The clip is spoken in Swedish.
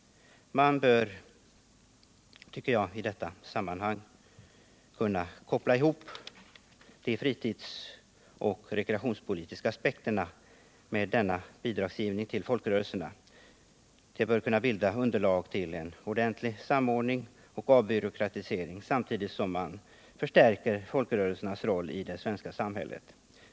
Man bör enligt min mening nu kunna koppla ihop de fritidspolitiska och rekreationspolitiska aspekterna när det gäller bidragsgivningen till folkrörelserna, och detta bör kunna bilda underlag för en ordentlig samordning och avbyråkratisering, samtidigt som man förstärker folkrörelsernas roll i det svenska samhället.